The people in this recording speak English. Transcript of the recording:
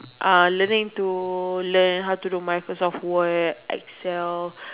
uh learning to learn how to do Microsoft Word Excel